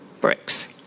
Bricks